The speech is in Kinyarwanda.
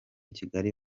kigali